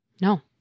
No